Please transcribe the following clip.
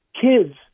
kids